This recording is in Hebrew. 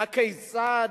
הכיצד?